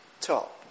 top